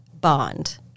bond